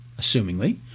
assumingly